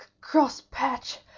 Crosspatch